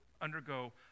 undergo